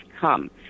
come